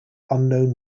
unknown